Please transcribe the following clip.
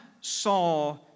saw